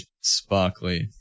sparkly